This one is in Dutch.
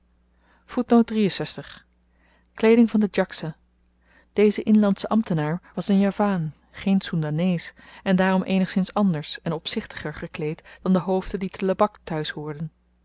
kleeding van den djaksa deze inlandsche ambtenaar was n javaan geen soendanees en daarom eenigszins anders en opzichtiger gekleed dan de hoofden die te lebak thuis